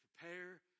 prepare